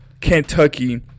Kentucky